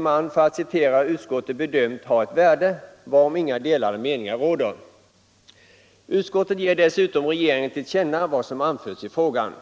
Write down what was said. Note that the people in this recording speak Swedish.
Man har, för att citera utskottet, bedömt verksamheten ha ett värde varom inga delade meningar råder. Utskottet vill dessutom att riksdagen skall ge regeringen till känna vad som anförts i frågan.